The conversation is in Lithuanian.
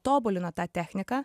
tobulino tą techniką